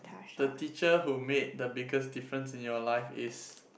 the teacher who made the biggest difference in your life is